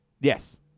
Yes